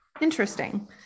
interesting